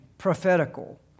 prophetical